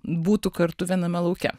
būtų kartu viename lauke